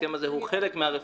וההסכם הזה הוא חלק מהרפורמה,